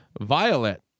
Violet